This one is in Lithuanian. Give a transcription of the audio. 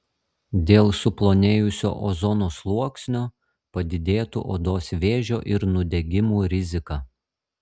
dėl suplonėjusio ozono sluoksnio padidėtų odos vėžio ir nudegimų rizika